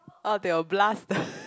or they will blast the